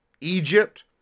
Egypt